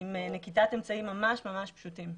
עם נקיטת אמצעים ממש פשוטים.